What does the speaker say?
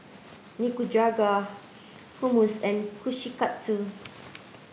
Nikujaga Hummus and Kushikatsu